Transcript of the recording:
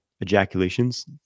ejaculations